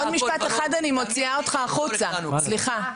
עוד משפט אחד אוציא אותך החוצה, סליחה.